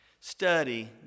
Study